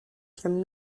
from